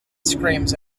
screams